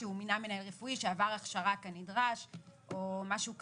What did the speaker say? שהוא מינהל מנהל רפואי שעבר הכשרה כנדרש או משהו כזה.